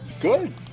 Good